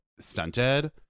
Stunted